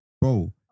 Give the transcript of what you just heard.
Bro